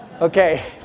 okay